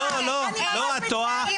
לא, את טועה.